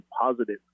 positive